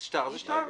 שטר זה שטר,